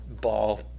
ball